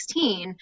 2016